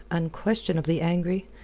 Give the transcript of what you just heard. unquestionably angry,